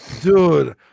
Dude